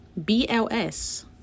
BLS